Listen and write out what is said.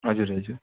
हजुर हजुर